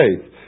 faith